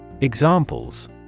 Examples